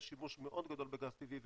יש שימוש מאוד גדול בגז טבעי.